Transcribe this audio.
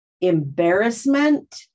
embarrassment